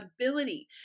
ability